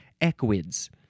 Equids